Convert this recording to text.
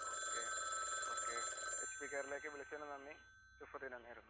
okay okay H P കെയറിലേക്ക് വിളിച്ചതിന് നന്ദി ശുഭദിനം നേരുന്നു